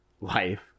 life